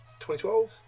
2012